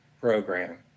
program